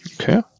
okay